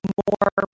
more